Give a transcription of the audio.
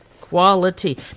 Quality